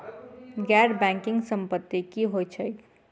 गैर बैंकिंग संपति की होइत छैक?